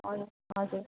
हजु हजुर